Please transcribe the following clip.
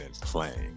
playing